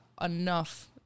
enough